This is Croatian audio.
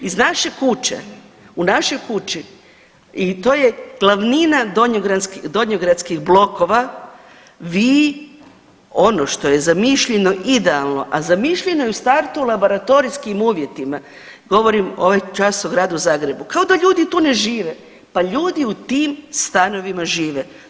Iz naše kuće, u našoj kući i to je glavnina donjogradskih blokova vi ono što je zamišljeno idealno, a zamišljeno je u startu u laboratorijskim uvjetima, govorim ovaj čas o Gradu Zagrebu, kao da ljudi tu ne žive, pa ljudi u tim stanovima žive.